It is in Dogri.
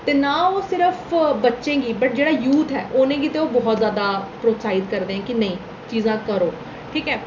ते नां ओह् सिर्फ बच्चें ई पर जेह्ड़ा यूथ ऐ उ'नें गी ते ओह् बहुत जैदा प्रोत्साहित करदे न कि नेईं एह् चीजां करो ठीक ऐ